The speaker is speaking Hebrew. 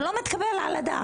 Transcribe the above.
זה לא מתקבל על הדעת.